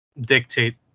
dictate